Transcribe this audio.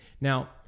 Now